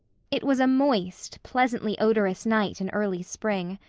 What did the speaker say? it was a moist, pleasantly-odorous night in early spring.